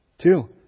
Two